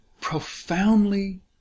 profoundly